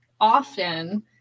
often